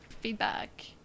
Feedback